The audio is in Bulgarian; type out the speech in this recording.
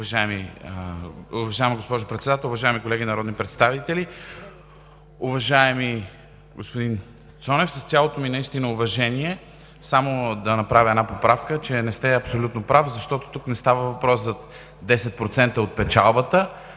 уважаеми колеги народни представители! Уважаеми господин Цонев, с цялото ми уважение само да направя една поправка – не сте абсолютно прав. Тук не става въпрос за 10% от печалбата,